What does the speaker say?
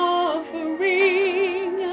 offering